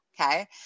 okay